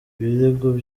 ibirego